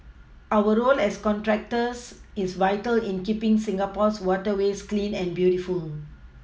our role as contractors is vital in keePing Singapore's waterways clean and beautiful